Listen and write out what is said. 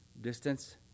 distance